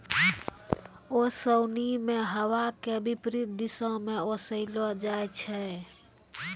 ओसोनि मे हवा के विपरीत दिशा म ओसैलो जाय छै